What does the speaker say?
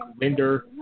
Linder